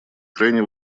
крайне